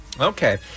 okay